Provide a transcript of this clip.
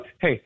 hey